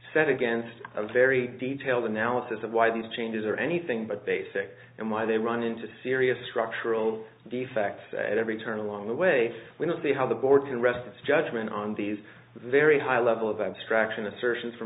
set against a very detailed analysis of why these changes are anything but basic and why they run into serious structural defects at every turn along the way we don't see how the board can rest its judgement on these very high level of abstraction assertions f